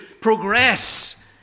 progress